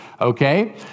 Okay